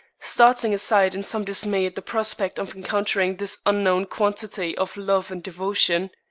starting aside in some dismay at the prospect of encountering this unknown quantity of love and devotion.